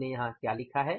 आपने यहाँ क्या लिखा है